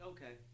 Okay